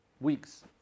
weeks